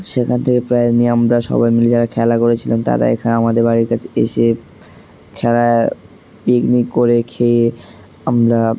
সেখান থেকে প্রায় নিয়ে আমরা সবাই মিলে যারা খেলা করেছিলাম তারা এখানে আমাদের বাড়ির কাছে এসে খেলা পিকনিক করে খেয়ে আমরা